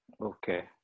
Okay